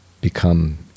become